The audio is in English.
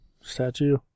statue